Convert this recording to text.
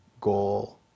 goal